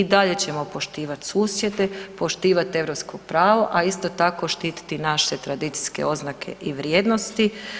I dalje ćemo poštivati susjede, poštivat europsko pravo, a isto tako štititi naše tradicijske oznake i vrijednosti.